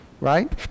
right